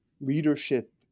leadership